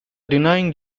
denying